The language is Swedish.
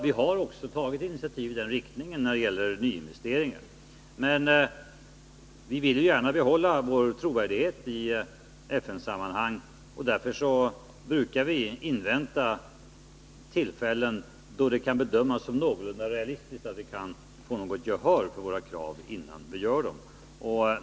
Vi har också tagit initiativ i den riktningen när det gäller nyinvesteringar. Vi vill emellertid gärna behålla vår trovärdighet i FN-sammanhang, och därför brukar vi innan vi ställer krav invänta tillfällen då det kan bedömas som någorlunda realistiskt att vi kan få gehör för dem.